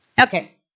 Okay